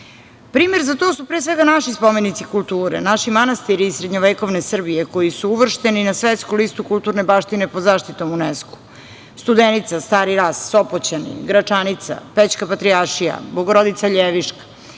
za to su, pre svega, naši spomenici kulture, naši manastiri srednjevekovne Srbije koji su uvršteni na svetsku listu kulturne baštine pod zaštitom UNESKO - Studenica, Stari Ras, Sopoćani, Gračanica, Pećka Patrijaršija, Bogorodica Ljeviška,